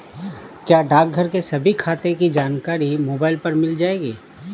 क्या डाकघर के सभी खातों की जानकारी मोबाइल पर मिल जाएगी?